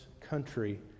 country